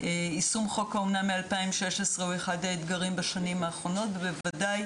יישום חוק האמנה מ-2016 הוא אחד האתגרים בשנים האחרונות ובוודאי